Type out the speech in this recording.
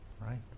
Right